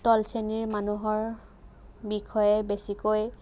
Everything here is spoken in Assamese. তল শ্ৰেণীৰ মানুহৰ বিষয়ে বেছিকৈ